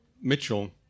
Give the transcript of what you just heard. Mitchell